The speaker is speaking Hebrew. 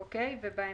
אוקי, ובהמשך,